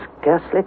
scarcely